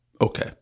okay